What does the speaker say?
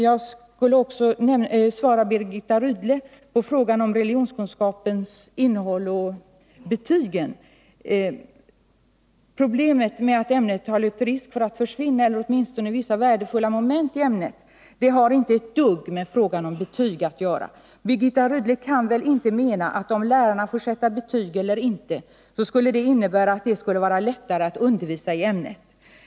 Jag skulle också besvara Birgitta Rydles fråga om religionskunskapens innehåll och om betygen. Problemet med att ämnet, eller åtminstone vissa värdefulla moment i det, löpt risk att försvinna har inte ett dugg med frågan om betyg att göra. Birgitta Rydle kan väl inte mena att det blir lättare för lärarna att undervisa, om de får sätta betyg i ämnet?